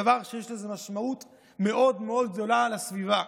דבר שיש לו משמעות מאוד מאוד גדולה לסביבה.